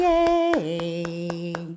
Yay